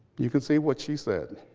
you can see what she said.